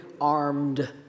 armed